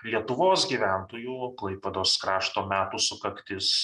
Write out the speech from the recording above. lietuvos gyventojų klaipėdos krašto metų sukaktis